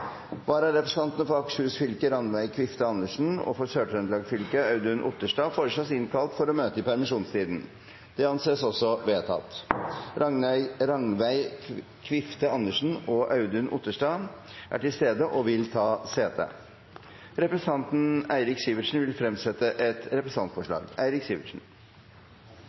permisjonstiden: For Akershus fylke: Rannveig Kvifte AndresenFor Sør-Trøndelag fylke: Audun Otterstad. Rannveig Kvifte Andresen og Audun Otterstad er til stede og vil ta sete. Representanten Eirik Sivertsen vil fremsette et representantforslag.